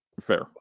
Fair